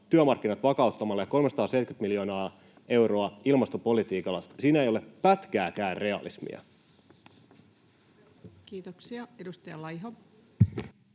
työmarkkinat vakauttamalla ja 370 miljoonaa euroa ilmastopolitiikalla, siinä ei ole pätkääkään realismia. Kiitoksia. — Edustaja Laiho.